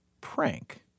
prank